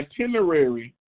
itinerary